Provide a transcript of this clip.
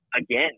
again